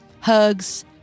Hugs